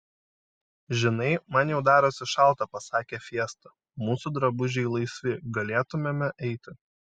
žinai man jau darosi šalta pasakė fiesta mūsų drabužiai laisvi galėtumėme eiti